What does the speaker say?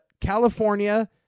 California